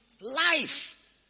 Life